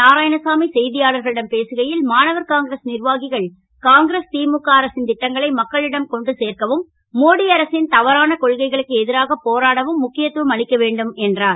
நாராயணசாமி செ யாளர்களிடம் பேசுகை ல் மாணவர் காங்கிரஸ் ர்வாகிகள் காங்கிரஸ் முக அரசின் ட்டங்களை மக்களிடம் கொண்டு சேர்க்கவும் மோடி அரசின் தவறான கொள்கைகளுக்கு எ ராக போராடவும் முக்கியத்துவம் அளிக்க வேண்டும் என்றார்